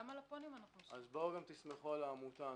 אז תסמכו גם על העמותה.